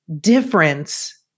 difference